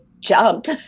jumped